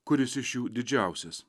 kuris iš jų didžiausias